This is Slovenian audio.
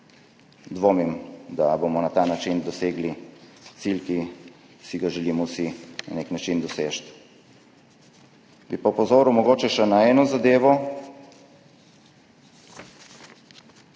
Dvomim, da bomo na ta način dosegli cilj, ki si ga želimo vsi na nek način doseči. Bi pa mogoče opozoril še na eno zadevo,